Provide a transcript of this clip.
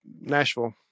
Nashville